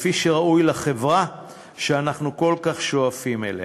כפי שראוי לחברה שאנחנו כל כך שואפים אליה.